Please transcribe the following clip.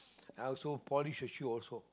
I also polish the shoe also